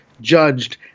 judged